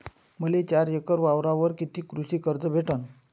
मले चार एकर वावरावर कितीक कृषी कर्ज भेटन?